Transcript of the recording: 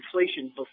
inflation